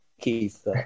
Keith